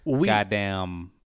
goddamn